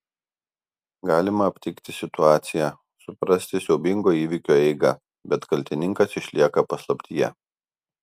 galima aptikti situaciją suprasti siaubingo įvykio eigą bet kaltininkas išlieka paslaptyje